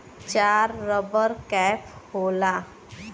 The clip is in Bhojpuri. चार रबर कैप होला